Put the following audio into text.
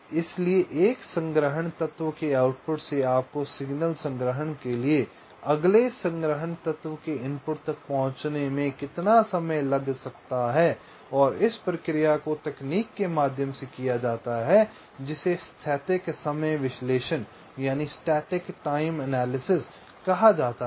इसलिए एक संग्रहण तत्व के आउटपुट से आपको सिग्नल संग्रहण के लिए अगले संग्रहण तत्व के इनपुट तक पहुंचने में कितना समय लग सकता है और इस प्रक्रिया को तकनीक के माध्यम से किया जाता है जिसे स्थैतिक समय विश्लेषण कहा जाता है